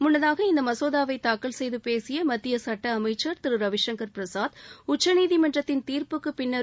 முன்னதாக இந்த மசோதாவைதாக்கல் செய்து பேசிய மத்திய சுட்ட அளமக்கர் திரு ரவிசங்கர் பிரசாத் உச்சநீதிமன்றத்தின் தீர்ப்புக்கு பின்னரும்